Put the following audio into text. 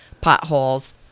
potholes